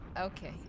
Okay